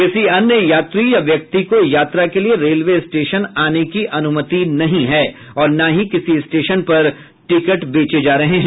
किसी अन्य यात्री या व्यक्ति को यात्रा के लिए रेलवे स्टेशन आने की अनुमति नहीं है और न ही किसी स्टेशन पर टिकट बेचे जा रहे हैं